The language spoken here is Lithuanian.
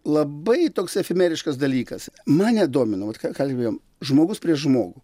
labai toks efimeriškas dalykas mane domino vat ką kalbėjom žmogus prieš žmogų